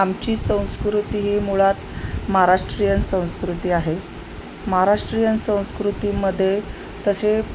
आमची संस्कृती ही मुळात महाराष्ट्रीयन संस्कृती आहे महाराष्ट्रीयन संस्कृतीमध्ये तसे